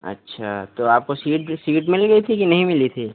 अच्छा तो आपको सीट भी सीट मिल गई थी कि नहीं मिली थी